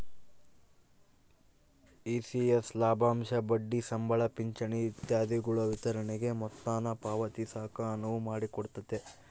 ECS ಲಾಭಾಂಶ ಬಡ್ಡಿ ಸಂಬಳ ಪಿಂಚಣಿ ಇತ್ಯಾದಿಗುಳ ವಿತರಣೆಗೆ ಮೊತ್ತಾನ ಪಾವತಿಸಾಕ ಅನುವು ಮಾಡಿಕೊಡ್ತತೆ